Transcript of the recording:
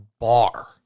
bar